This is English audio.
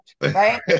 right